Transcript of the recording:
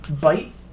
Bite